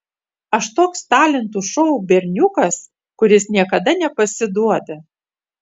aš toks talentų šou berniukas kuris niekada nepasiduoda